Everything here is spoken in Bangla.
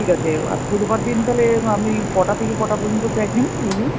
ঠিক আছে আর বুধবার দিন তাহলে আপনি কটা থেকে কটা পর্যন্ত দেখেন রোগী